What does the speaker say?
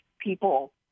people